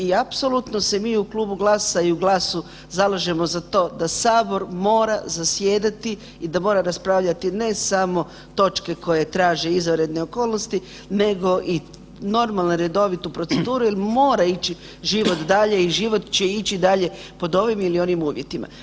I apsolutno se mi u Klubu GLAS-a i u GLAS-u zalažemo za to da sabor mora zasjedati i da mora raspravljati ne samo točke koje traže izvanredne okolnosti nego i normalnu redovitu proceduru jer mora ići život dalje i život će ići dalje pod ovim ili onim uvjetima.